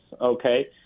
okay